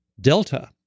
delta